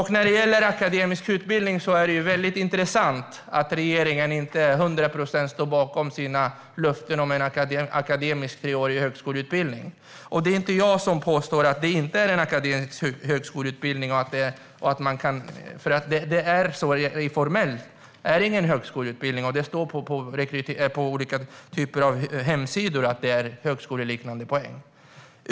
När det gäller akademisk utbildning är det intressant att regeringen inte till hundra procent står bakom sina löften om en akademisk treårig högskoleutbildning. Det är inte jag som påstår att det inte är en akademisk högskoleutbildning, utan det är så i formell mening. Det är ingen högskoleutbildning, och det står på olika typer av hemsidor att det är högskoleliknande poäng.